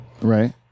Right